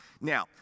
Now